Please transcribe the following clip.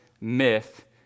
myth